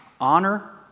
Honor